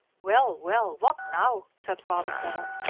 well, well, what now? said father vedder.